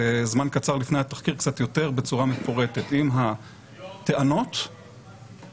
וזמן קצר לפני התחקיר קצת יותר בצורה מפורטת עם הטענות אני,